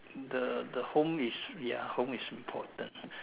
the the home is ya home is important